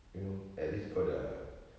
you know at least kau sudah